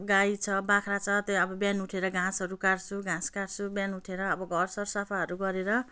गाई छ बाख्रा छ त्यहाँ अब बिहान उठेर घाँसहरू काट्छु घाँस काट्छु बिहान उठेर अब घरसर सफाहरू गरेर